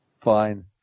Fine